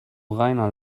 reiner